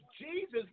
Jesus